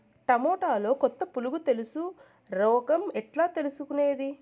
టమోటాలో కొత్త పులుగు తెలుసు రోగం ఎట్లా తెలుసుకునేది?